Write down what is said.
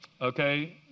Okay